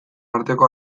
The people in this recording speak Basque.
arteko